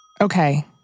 Okay